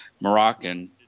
Moroccan